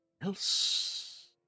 else